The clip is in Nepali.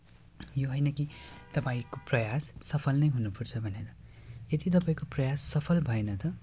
यो होइन कि तपाईँको प्रयास सफल नै हुनुपर्छ भनेर यदि तपाईँको प्रयास सफल भएन त